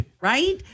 right